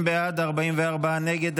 30 בעד, 44 נגד.